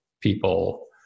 people